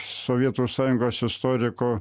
sovietų sąjungos istoriko